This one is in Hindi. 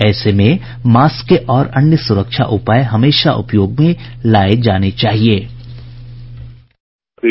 ऐसे में मास्क और अन्य सुरक्षा उपाय हमेशा उपयोग में लाये जाने चाहिये